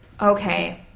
Okay